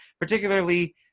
particularly